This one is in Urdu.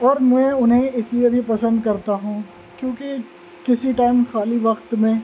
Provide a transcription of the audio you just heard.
اور میں انہیں اس لیے بھی پسند کرتا ہوں کیونکہ کسی ٹائم خالی وقت میں